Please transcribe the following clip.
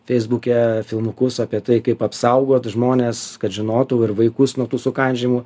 feisbuke filmukus apie tai kaip apsaugot žmones kad žinotų ir vaikus nuo tų sukandžiojimų